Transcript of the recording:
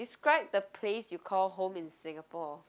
describe the place you call home in Singapore